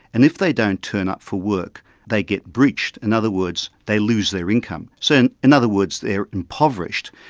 and if they don't turn up for work they get breached. in and other words, they lose their income. so in other words they are impoverished.